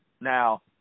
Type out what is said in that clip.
now